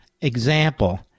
example